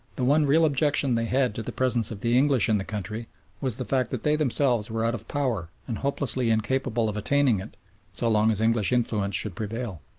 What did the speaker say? the one real objection they had to the presence of the english in the country was the fact that they themselves were out of power and hopelessly incapable of attaining it so long as english influence should prevail.